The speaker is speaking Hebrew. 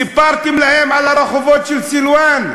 סיפרתם להם על הרחובות של סילואן?